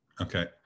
okay